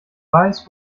weiß